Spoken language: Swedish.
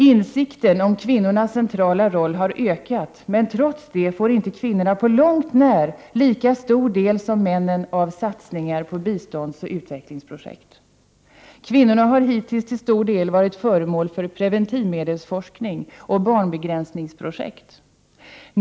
Insikten om kvinnornas centrala roll har ökat, men trots det får inte kvinnorna på långt när lika stor del som männen av satsningar på biståndsoch utvecklingsprojekt. Kvinnorna har hittills till stor del varit föremål för preventivmedelsforskning och barnbegränsningsprojekt.